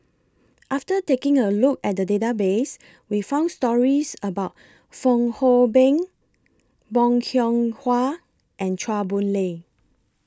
after taking A Look At The Database We found stories about Fong Hoe Beng Bong Hiong Hwa and Chua Boon Lay